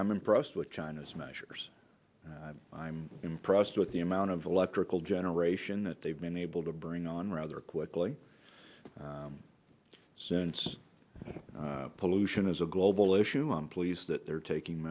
i'm impressed with china's measures i'm impressed with the amount of electrical generation that they've been able to bring on rather quickly since pollution is a global issue i'm pleased that they're taking